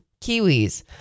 kiwis